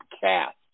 cast